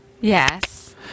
yes